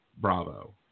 bravo